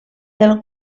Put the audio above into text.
del